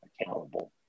accountable